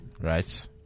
Right